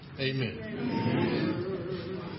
amen